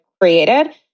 created